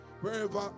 wherever